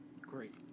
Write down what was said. Great